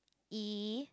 E